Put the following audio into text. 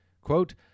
quote